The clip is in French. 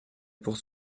pour